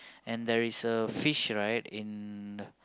and there is a fish right in